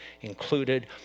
included